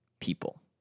people